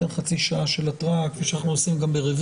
ניתן חצי שעה של התראה כמו שאנחנו גם ברוויזיות.